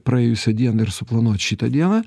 praėjusią dieną ir suplanuot šitą dieną